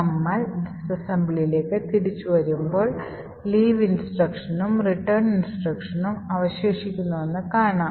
നമ്മൾ disassemblyയിലേക്ക് തിരിച്ചുവരുമ്പോൾ leave ഇൻസ്ട്രക്ഷൻഉം return ഇൻസ്ട്രക്ഷൻഉം അവശേഷിക്കുന്നുവെന്നത് കാണാം